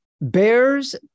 Bears